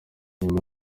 nyuma